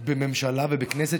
בממשלה ובכנסת,